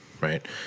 right